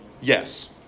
Yes